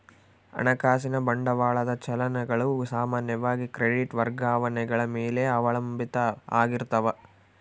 ಹಣಕಾಸಿನ ಬಂಡವಾಳದ ಚಲನ್ ಗಳು ಸಾಮಾನ್ಯವಾಗಿ ಕ್ರೆಡಿಟ್ ವರ್ಗಾವಣೆಗಳ ಮೇಲೆ ಅವಲಂಬಿತ ಆಗಿರ್ತಾವ